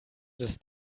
das